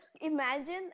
imagine